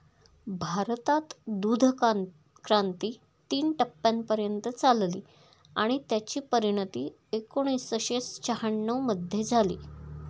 भारतात दूधक्रांती तीन टप्प्यांपर्यंत चालली आणि त्याची परिणती एकोणीसशे शहाण्णव मध्ये झाली